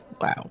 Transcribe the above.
Wow